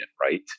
right